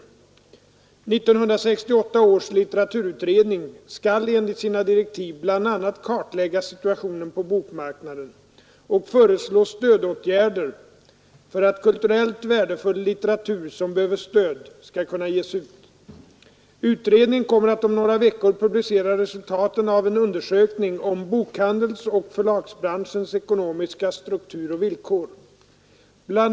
1968 års litteraturutredning skall enligt sina direktiv bl.a. kartlägga situationen på bokmarknaden och föreslå stödåtgärder för att kulturellt värdefull litteratur som behöver stöd skall kunna ges ut. Utredningen kommer att om några veckor publicera resultaten av en undersökning om bokhandelsoch förlagsbranschens ekonomiska struktur och villkor. BI.